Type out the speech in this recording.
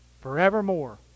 forevermore